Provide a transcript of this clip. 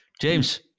James